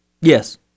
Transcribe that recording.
Yes